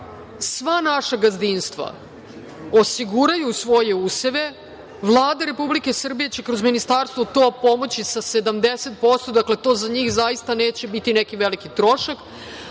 sva naša gazdinstva osiguraju svoje useve, Vlada Republike Srbije će kroz ministarstvo to pomoći sa 70%, dakle, to za njih zaista neće biti neki veliki trošak,